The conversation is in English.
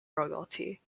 royalty